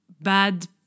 bad